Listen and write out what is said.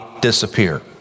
disappear